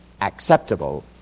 acceptable